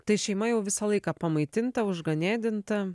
tai šeima jau visą laiką pamaitinta užganėdinta